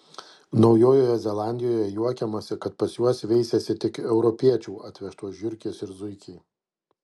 naujojoje zelandijoje juokiamasi kad pas juos veisiasi tik europiečių atvežtos žiurkės ir zuikiai